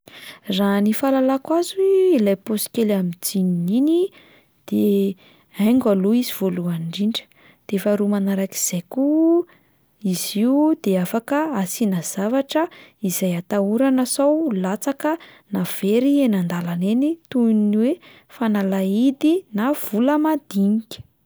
Raha ny fahalalako azy ilay paosy kely amin'ny jeans iny de haingo aloha izy voalohany indrindra, de faharoa manarak'izay koa izy io de afaka asiana zavtra izay atahorana sao latsaka na very eny an-dàlana eny toy ny hoe fanalahidy na vola mandinika.